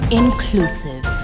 inclusive